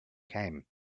came